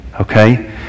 Okay